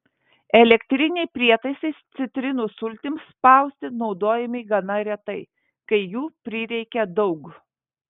elektriniai prietaisai citrinų sultims spausti naudojami gana retai kai jų prireikia daug